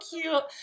cute